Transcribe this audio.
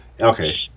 Okay